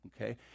okay